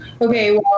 Okay